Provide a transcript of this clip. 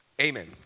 Amen